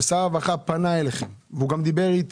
ששר הרווחה פנה אליכם והוא גם דיבר איתי,